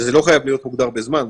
שזה לא חייב להיות מוגדר בזמן.